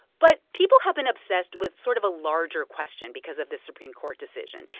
but people have been obsessed with sort of a larger question because of this supreme court decision.